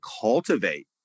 cultivate